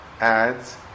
adds